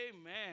amen